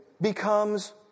becomes